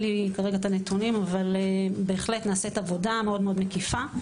אין לי כרגע הנתונים אבל בהחלט נעשית עבודה מאוד מקיפה.